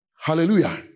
Hallelujah